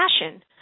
passion